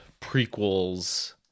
prequels